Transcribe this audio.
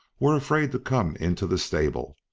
were afraid to come into the stable.